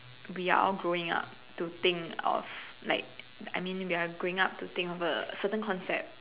we are all growing up to think of like I mean we are growing up to think of a certain concept